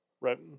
Right